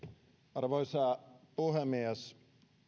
arvoisa puhemies